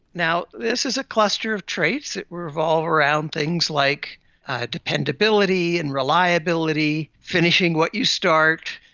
now, this is a cluster of traits that revolve around things like dependability and reliability, finishing what you start,